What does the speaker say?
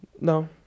no